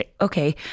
Okay